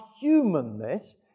humanness